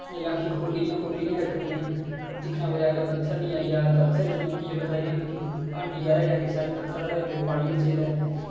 जेल्लै अक्खी खोह्लियां खोह्ल्लियै रक्खनियां दिक्खना कुदै अग्गै पत्थर निं आई जा पत्थर मतलब कि इ'यां बंदा पानियै बिच जेल्लै